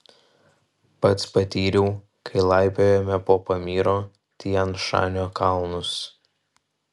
pats patyriau kai laipiojome po pamyro tian šanio kalnus